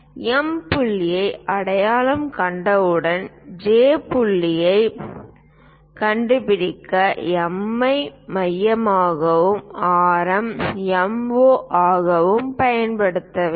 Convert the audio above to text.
M புள்ளியை அடையாளம் கண்டவுடன் J புள்ளியைக் கண்டுபிடிக்க M ஐ மையமாகவும் ஆரம் MO ஆகவும் பயன்படுத்த வேண்டும்